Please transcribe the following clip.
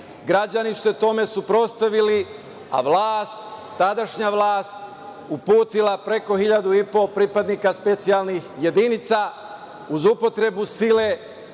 Građani su se tome suprotstavili, a tadašnja vlast uputila preko 1500 pripadnika specijalnih jedinica uz upotrebu sile.